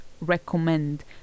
recommend